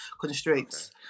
constraints